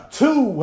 two